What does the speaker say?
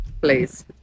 Please